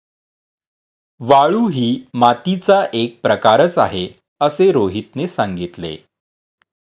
वाळू ही मातीचा एक प्रकारच आहे असे रोहितने सांगितले